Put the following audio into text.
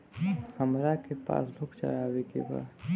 हमरा के passbook चढ़ावे के बा?